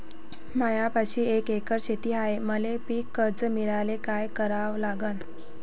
मायापाशी एक एकर शेत हाये, मले पीककर्ज मिळायले काय करावं लागन?